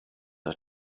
are